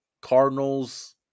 Cardinals